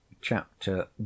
Chapter